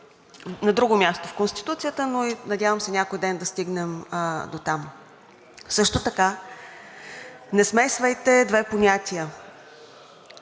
на друго място в Конституцията, но надявам се някой ден да стигнем дотам. Също така не смесвайте две понятия